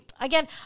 again